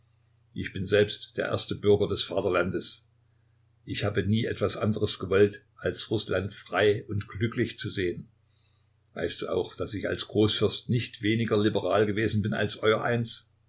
ich bin selbst der erste bürger des vaterlandes ich habe nie etwas anderes gewollt als rußland frei und glücklich zu sehen weißt du auch daß ich als großfürst nicht weniger liberal gewesen bin als euereins ich